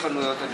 בחנויות הנוחות.